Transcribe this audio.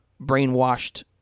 brainwashed